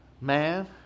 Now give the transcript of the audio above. man